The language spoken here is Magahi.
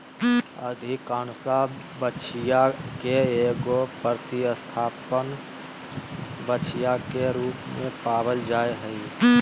अधिकांश बछिया के एगो प्रतिस्थापन बछिया के रूप में पालल जा हइ